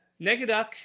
Negaduck